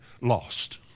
lost